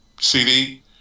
CD